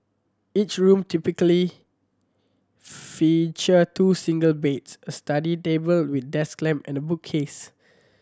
each room typically feature two single beds a study table with desk lamp and bookcas